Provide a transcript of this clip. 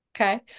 Okay